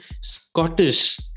Scottish